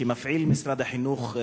שמפעיל משרד החינוך,